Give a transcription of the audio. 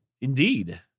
Indeed